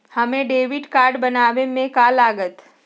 हमें debit card बनाने में का लागत?